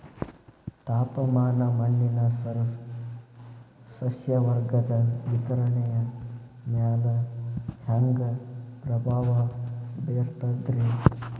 ತಾಪಮಾನ ಮಣ್ಣಿನ ಸಸ್ಯವರ್ಗದ ವಿತರಣೆಯ ಮ್ಯಾಲ ಹ್ಯಾಂಗ ಪ್ರಭಾವ ಬೇರ್ತದ್ರಿ?